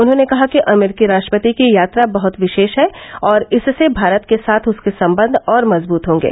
उन्होंने कहा कि अमरीकी राष्ट्रपति की यात्रा बहत विशेष है और इससे भारत के साथ उसके संबंध और मजबूत होंगे